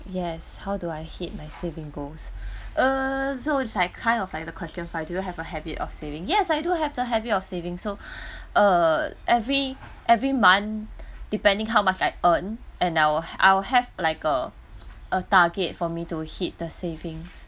yes how do I hit my saving goals err so its like kind of like the question five do you have a habit of saving yes I do have the habit of saving so err every every month depending how much I earn and I will have I will have like a a target for me to hit the savings